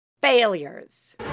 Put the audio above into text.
Failures